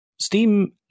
Steam